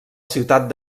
ciutat